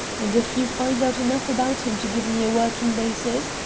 and, if you find out enough about him to give me a working basis,